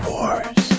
Wars